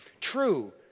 true